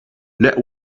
let